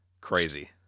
crazy